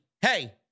hey